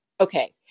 Okay